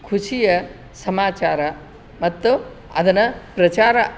ಖುಷಿಯ ಸಮಾಚಾರ ಮತ್ತು ಅದನ್ನು ಪ್ರಚಾರ